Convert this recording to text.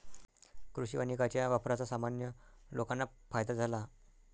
कृषी वानिकाच्या वापराचा सामान्य लोकांना फायदा झाला